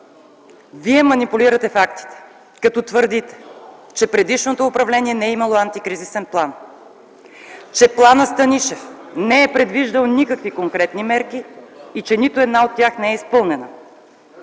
Вие манипулирате фактите, като твърдите, че предишното управление не е имало антикризисен план, че „Планът Станишев” не е предвиждал никакви конкретни мерки и че нито една от тях не е изпълнена.